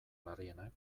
larrienak